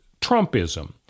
Trumpism